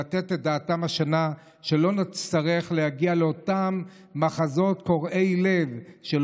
לתת את דעתם השנה שלא נצטרך להגיע לאותם מחזות קורעי לב של